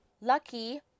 lucky